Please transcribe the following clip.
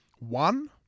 One